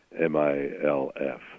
MILF